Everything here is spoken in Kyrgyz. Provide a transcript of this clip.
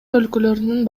өлкөлөрүнүн